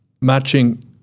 Matching